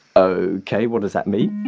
ah okay. what does that mean?